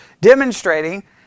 demonstrating